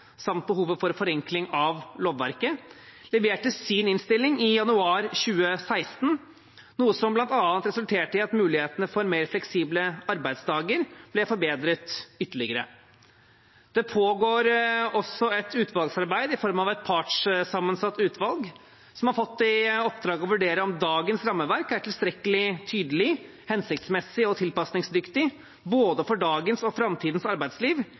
samt behovet for forenkling av lovverket, leverte sin innstilling i januar 2016, noe som bl.a. resulterte i at mulighetene for mer fleksible arbeidsdager ble forbedret ytterligere. Det pågår et utvalgsarbeid i form av et partssammensatt utvalg som har fått i oppdrag å vurdere om dagens rammeverk er tilstrekkelig tydelig, hensiktsmessig og tilpasningsdyktig for både dagens og framtidens arbeidsliv